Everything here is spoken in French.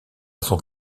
son